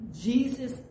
Jesus